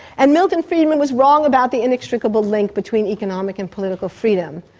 and milton friedman was wrong about the inextricable link between economic and political freedom.